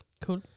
Cool